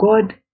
God